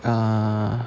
uh